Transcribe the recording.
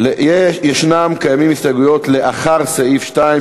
יש הסתייגויות לאחר סעיף 2,